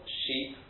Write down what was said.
sheep